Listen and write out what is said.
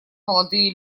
молодые